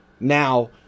now